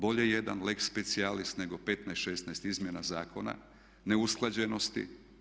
Bolje jedan lex specialis nego 15, 16 izmjena zakona, neusklađenosti.